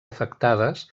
afectades